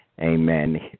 Amen